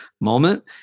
moment